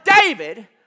David